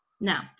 Now